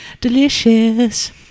delicious